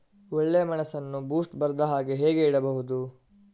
ಒಳ್ಳೆಮೆಣಸನ್ನು ಬೂಸ್ಟ್ ಬರ್ದಹಾಗೆ ಹೇಗೆ ಇಡಬಹುದು?